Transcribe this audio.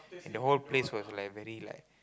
and the whole place was like very like